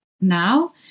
now